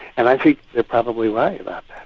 and i think they're probably right about